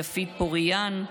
יפית פוריאן ז"ל,